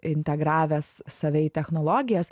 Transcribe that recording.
integravęs save į technologijas